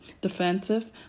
defensive